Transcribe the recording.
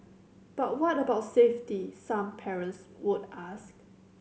but what about safety some parents would ask